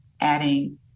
adding